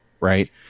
Right